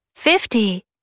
Fifty